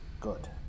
Good